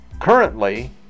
currently